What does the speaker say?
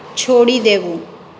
છોડી દેવું